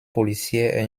policière